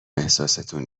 احساستون